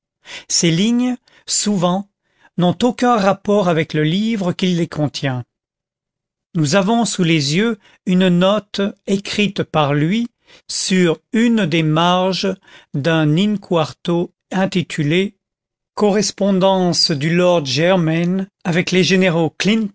ces lignes souvent n'ont aucun rapport avec le livre qui les contient nous avons sous les yeux une note écrite par lui sur une des marges d'un in-quarto intitulé correspondance du lord germain avec les généraux